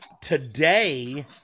today